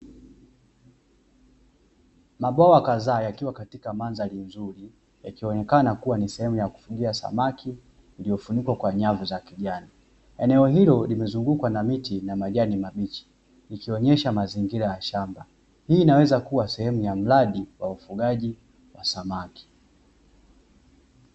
Mabwawa kadhaa yakiwa katika mandhari nzuri, yakionekana kuwa ni sehemu ya kufugia samaki iliyofunikwa kwa nyavu za kijani. Eneo hilo limezungukwa na miti na majani mabichi ikionesha mazingira ya shamba. Hii inaweza kuwa sehemu ya mradi wa ufugaji wa samaki.